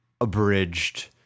abridged